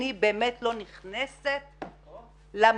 אני באמת לא נכנסת למפעיל.